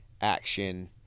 action